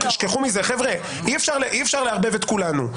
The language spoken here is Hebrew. תשכחו מזה, חבר'ה, אי אפשר לערבב את כולנו.